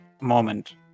moment